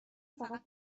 فقط